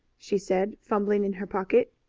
she said, fumbling in her pocket.